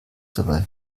dabei